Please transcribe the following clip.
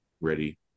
ready